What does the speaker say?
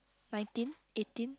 nineteen eighteen